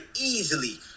easily